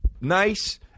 nice